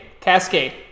Cascade